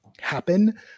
happen